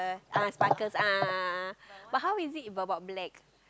ah sparkles a'ah a'ah but how is it about black